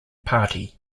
party